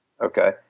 Okay